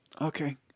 Okay